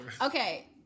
Okay